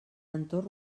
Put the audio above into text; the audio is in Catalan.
entorn